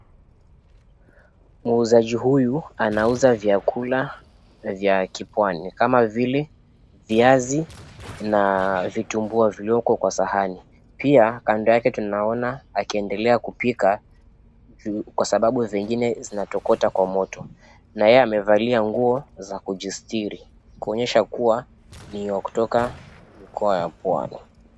Muuzaji huyu anauza vyakula vya kipwani kama vile viazi na vitumbua vilivyoko kwa sahani. Pia kando yake tunaona akiendelea kupika kwa sababu zingine zinatokota kwa moto na yeye amevalia nguo za kujisitiri, kuonyesha kuwa ni wa kutoka ukoo ya pwani.